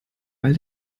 weil